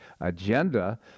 agenda